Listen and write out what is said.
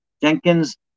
Jenkins